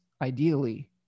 ideally